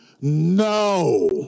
No